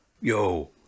yo